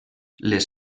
les